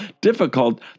difficult